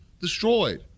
destroyed